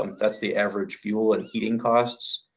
um that's the average fuel and heating costs.